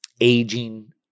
aging